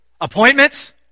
Appointments